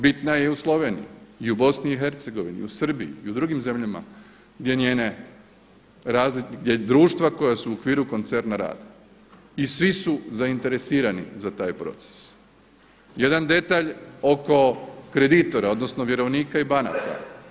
Bitna je i u Sloveniji i u BiH i u Srbiji i u drugim zemljama gdje društva koja su u okviru koncerna rade i svi su zainteresirani za taj proces, jedan detalj oko kreditora odnosno vjerovnika i banaka.